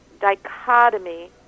dichotomy